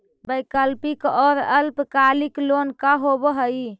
वैकल्पिक और अल्पकालिक लोन का होव हइ?